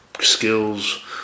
skills